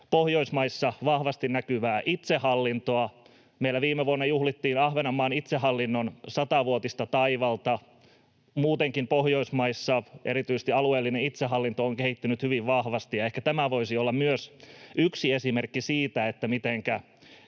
Pohjoismaissa vahvasti näkyvää itsehallintoa. Meillä juhlittiin viime vuonna Ahvenanmaan itsehallinnon satavuotista taivalta. Muutenkin Pohjoismaissa erityisesti alueellinen itsehallinto on kehittynyt hyvin vahvasti, ja ehkä tämä voisi olla myös yksi esimerkki siitä, mitenkä